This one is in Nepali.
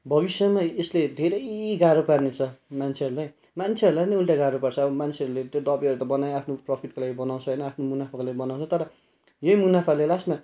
भविष्यमा यसले धेरै गाह्रो पार्नेछ मान्छेहरूलाई मान्छेहरूलाई नै उल्टा गाह्रो पर्छ अब मान्छेहरूले त्यो दबाईहरू त बनायो आफ्नो प्रफिटको लागि बनाउँछ होइन आफ्नो मुनाफाको लागि बनाउँछ तर यही मुनाफाले लास्टमा